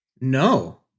no